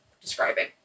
describing